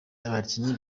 abakinnyi